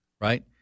right